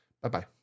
Bye-bye